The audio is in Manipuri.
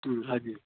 ꯎꯝ ꯍꯥꯏꯗꯤ